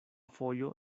fojo